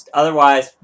otherwise